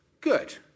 Good